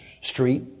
street